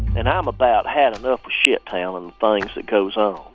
and i'm about had enough of shittown and the things that goes on